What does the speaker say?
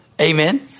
Amen